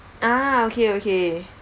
ah okay okay